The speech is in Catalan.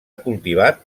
cultivat